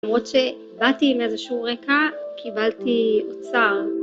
למרות שבאתי עם איזשהו רקע, קיבלתי אוצר.